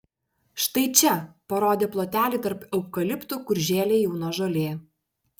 štai čia parodė plotelį tarp eukaliptų kur žėlė jauna žolė